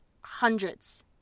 hundreds